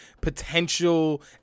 potential